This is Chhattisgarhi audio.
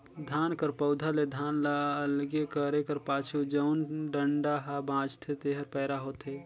धान कर पउधा ले धान ल अलगे करे कर पाछू जउन डंठा हा बांचथे तेहर पैरा होथे